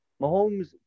Mahomes